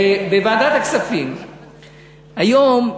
בוועדת הכספים היום,